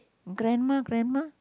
grandma grandma